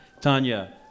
Tanya